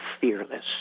fearless